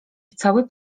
cały